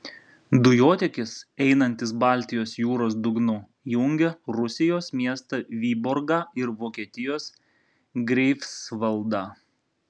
dujotiekis einantis baltijos jūros dugnu jungia rusijos miestą vyborgą ir vokietijos greifsvaldą